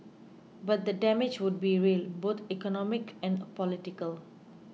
but the damage would be real both economic and political